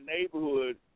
neighborhood